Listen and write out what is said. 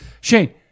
Shane